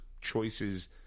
choices